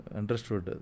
understood